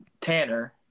Tanner